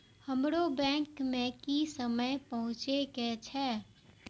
हमरो बैंक में की समय पहुँचे के छै?